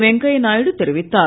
வெங்கையா நாயுடு தெரிவித்தார்